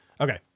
Okay